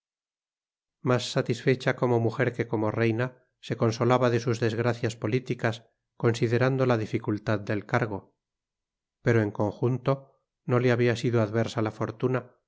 más satisfecha como mujer que como reina se consolaba de sus desgracias políticas considerando la dificultad del cargo pero en conjunto no le había sido adversa la fortuna